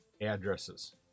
addresses